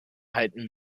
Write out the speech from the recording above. halten